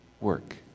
work